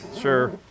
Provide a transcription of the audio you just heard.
Sure